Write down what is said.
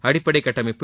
அடிப்படை கட்டமைப்பு